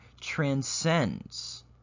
transcends